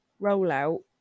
rollout